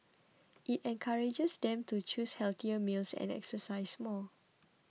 it encourages them to choose healthier meals and exercise more